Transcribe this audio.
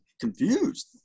confused